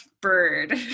bird